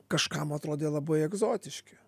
kažkam atrodė labai egzotiški